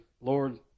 Lord